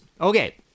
Okay